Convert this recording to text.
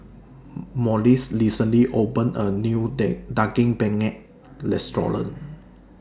Morris recently opened A New deg Daging Penyet Restaurant